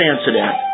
incident